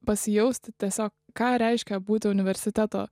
pasijausti tiesiog ką reiškia būti universiteto